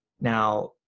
Now